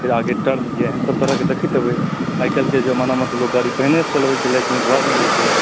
फिर आगे टर्न यऽ एहन सभ तरहके देखैत हेबै आइ काल्हिके जमानामे तऽ लोक गाड़ी पहिनेसंँ चलबैत छै लाइसेन्स बादमे लै छै